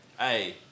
hey